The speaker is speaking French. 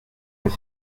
mais